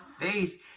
faith